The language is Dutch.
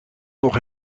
nog